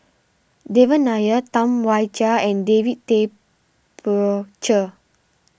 Devan Nair Tam Wai Jia and David Tay Poey Cher